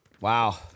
Wow